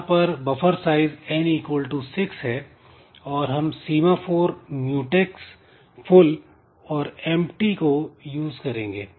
यहां पर buffer size n equal to six है और हम सीमाफोर म्यूटैक्स फुल और empty को यूज करेंगे